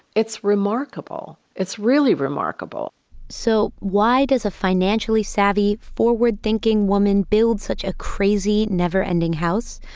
it's remarkable. it's really remarkable so why does a financially savvy, forward-thinking woman build such a crazy, never-ending house?